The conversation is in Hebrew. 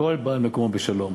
והכול בא על מקומו בשלום.